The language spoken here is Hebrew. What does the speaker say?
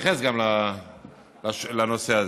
אתייחס גם לנושא הזה.